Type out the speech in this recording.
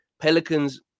Pelicans